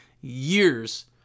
years